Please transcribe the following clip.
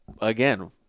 again